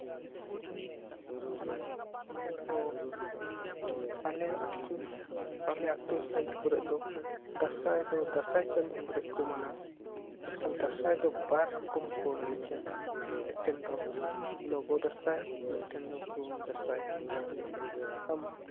ᱚᱻ ᱟᱞᱮ ᱟᱹᱛᱩ ᱟᱞᱮ ᱟᱹᱛᱩ ᱥᱟᱭᱤᱰ ᱠᱚᱨᱮ ᱫᱚ ᱫᱟᱸᱥᱟᱭ ᱫᱚ ᱫᱟᱸᱥᱟᱭ ᱪᱟᱸᱫᱚ ᱠᱚᱨᱮ ᱠᱚ ᱢᱟᱱᱟᱣᱟ ᱢᱮᱱᱠᱷᱟᱱ ᱫᱟᱸᱥᱟᱭ ᱫᱚ ᱵᱟᱨ ᱨᱚᱠᱚᱢ ᱠᱚ ᱮᱱᱮᱡᱟ ᱢᱮᱫᱴᱮᱱ ᱫᱚ ᱞᱚᱵᱚ ᱫᱟᱸᱥᱟᱭ ᱢᱮᱫᱴᱮᱱ ᱫᱚ ᱵᱷᱩᱣᱟᱹᱝ ᱫᱟᱸᱥᱟᱭ